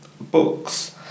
Books